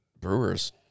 Brewers